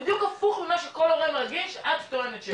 בדיוק הפוך ממה שכל אחד מרגיש, את טוענת.